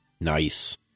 nice